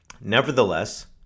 Nevertheless